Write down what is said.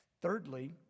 Thirdly